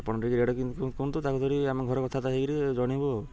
ଆପଣ ଟିକେ ଆମ ଘର କଥାବର୍ତ୍ତା ହୋଇକରି ଜଣେଇବୁ ଆଉ